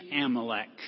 Amalek